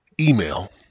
email